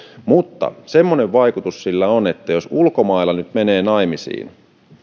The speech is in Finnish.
mutta semmoinen vaikutus sillä on että jos ulkomailla nyt menee naimisiin vaikka